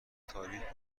تاریک